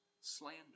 slander